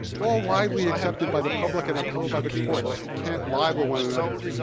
all widely accepted by the public and upheld by the courts. we can't libel one another.